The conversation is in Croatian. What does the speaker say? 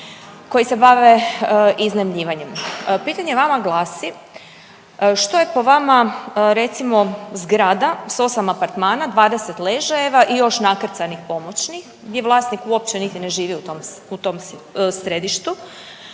koji se bave iznajmljivanjem. Pitanje vama glasi, što je po vama recimo zgrada s 8 apartmana, 20 ležajeva i još nakrcanih pomoćnih gdje vlasnik uopće niti ne živi u tom središtu,